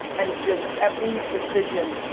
and does every decision,